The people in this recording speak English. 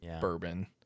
bourbon